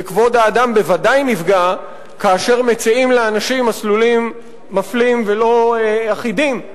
וכבוד האדם בוודאי נפגע כאשר מציעים לאנשים מסלולים מפלים ולא אחידים.